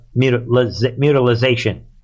mutilization